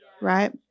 right